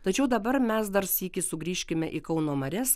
tačiau dabar mes dar sykį sugrįžkime į kauno marias